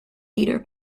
leader